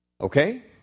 Okay